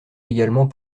également